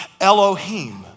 Elohim